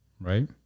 right